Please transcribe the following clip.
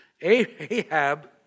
Ahab